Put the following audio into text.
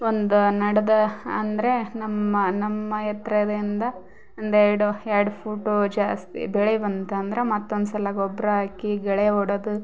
ಒಂದಾ ನಡೆದ ಅಂದರೆ ನಮ್ಮ ನಮ್ಮ ಎತ್ತರದಿಂದ ಒಂದೆರಡು ಎರಡು ಫೂಟು ಜಾಸ್ತಿ ಬೆಳೆ ಬಂತಂದರ ಮತ್ತೊಂದು ಸಲ ಗೊಬ್ಬರ ಹಾಕಿ ಗೆಳೆ ಹೊಡೆದ್